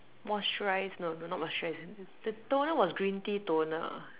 moisturize no no not moisturize the toner was green tea toner